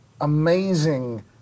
amazing